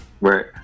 Right